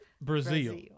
Brazil